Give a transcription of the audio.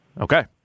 Okay